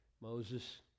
Moses